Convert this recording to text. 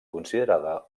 considerada